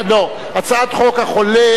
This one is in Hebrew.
ההצבעה.